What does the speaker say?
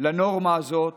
לנורמה הזאת